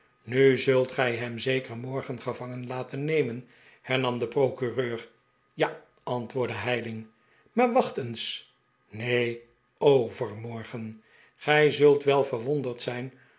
nu zult gij hem zeker morgen gevangen laten nemen hernam de procureur ja antwoordde heyling maar wacht eens neen overmorgen gij zult wel verwonderd zijn